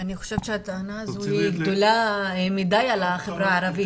אני חושבת שהטענה הזו היא גדולה מדי על החברה הערבית.